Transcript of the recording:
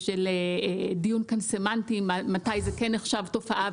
דיון כאן סמנטי מתי זה כן נחשב תופעה,